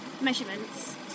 measurements